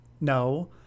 No